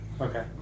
okay